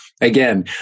again